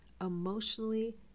emotionally